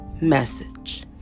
message